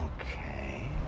Okay